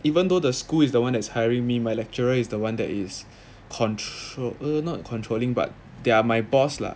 even though the school is the one that is hiring me my lecturer is the one that is control err not controlling but they are my boss lah